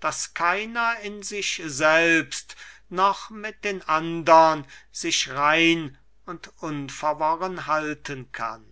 daß keiner in sich selbst noch mit den andern sich rein und unverworren halten kann